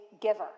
giver